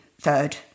third